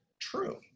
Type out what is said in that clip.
true